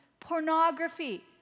Pornography